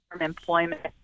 employment